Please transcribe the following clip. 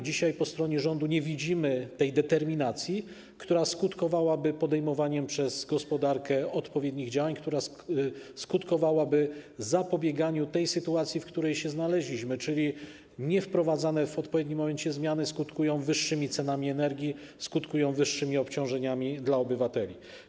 Dzisiaj po stronie rządu nie widzimy tej determinacji, która skutkowałaby podejmowaniem przez gospodarkę odpowiednich działań, która skutkowałaby zapobieganiu tej sytuacji, w której się znaleźliśmy, czyli niewprowadzane w odpowiednim momencie zmiany skutkują wyższymi cenami energii, skutkują wyższymi obciążeniami dla obywateli.